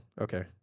okay